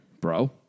bro